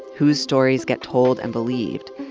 whose stories get told and believed.